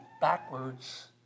backwards